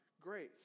grace